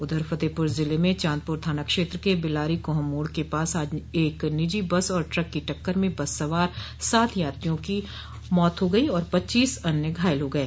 उधर फतेहपुर ज़िले में चॉदपुर थाना क्षेत्र के बिलारी काह मोड़ के पास आज एक निजी बस और ट्रक की टक्कर में बस सवार सात यात्रियों की मौत हो गयी और पच्चीस अन्य घायल हो गये